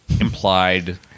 implied